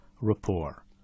Rapport